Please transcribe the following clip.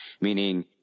Meaning